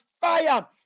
fire